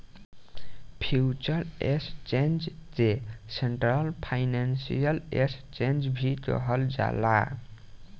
future exchange के central financial exchange भी कहल जाला